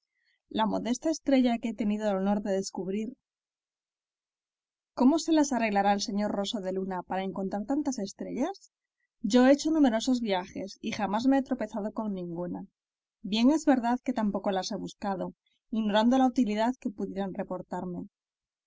la modesta estrella que he tenido el honor de descubrir cómo se las arreglará el sr roso de luna para encontrar tantas estrellas yo he hecho numerosos viajes y jamás me he tropezado con ninguna bien es verdad que tampoco las he buscado ignorando la utilidad que pudieran reportarme